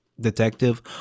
Detective